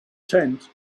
tent